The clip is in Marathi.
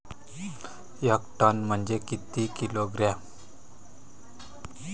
एक टन म्हनजे किती किलोग्रॅम?